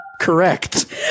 Correct